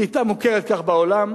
היא היתה מוכרת כך בעולם.